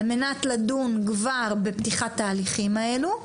על מנת לדון כבר בפתיחת ההליכים האלו.